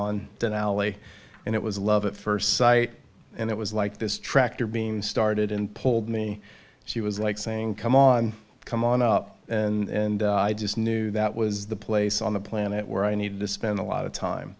on an alley and it was love at first sight and it was like this tractor being started and pulled me she was like saying come on come on up and i just knew that was the place on the planet where i need to spend a lot of time